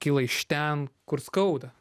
kyla iš ten kur skauda